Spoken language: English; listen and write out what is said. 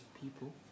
people